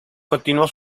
continuó